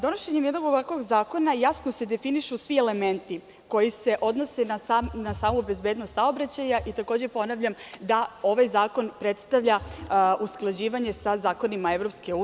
Donošenjem jednog ovakvog zakona jasno se definišu svi elementi koji se odnose na samu bezbednost saobraćaja i takođe, ponavljam da ovaj zakon predstavlja usklađivanje sa zakonima EU.